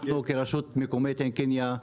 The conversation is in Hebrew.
אנחנו כרשות מקומית עין קנייה מהגולן,